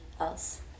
else